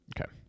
Okay